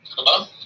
Hello